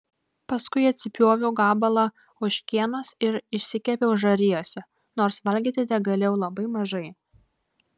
paskui atsipjoviau gabalą ožkienos ir išsikepiau žarijose nors valgyti tegalėjau labai mažai